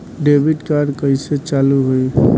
Debit card कइसे चालू होई?